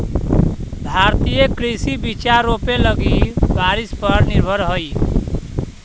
भारतीय कृषि बिचा रोपे लगी बारिश पर निर्भर हई